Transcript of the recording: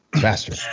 Faster